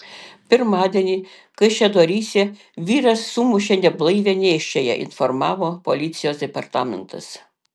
pirmadienį kaišiadoryse vyras sumušė neblaivią nėščiąją informavo policijos departamentas